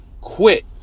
quit